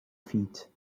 feet